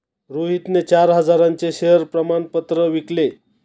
रोहितने चार हजारांचे शेअर प्रमाण पत्र विकले